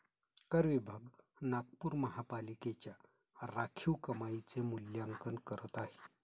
कर विभाग नागपूर महानगरपालिकेच्या राखीव कमाईचे मूल्यांकन करत आहे